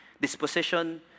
Disposition